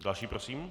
Další prosím.